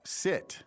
sit